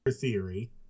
theory